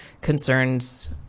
concerns